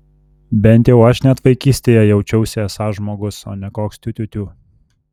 bent jau aš net vaikystėje jaučiausi esąs žmogus o ne koks tiu tiu tiu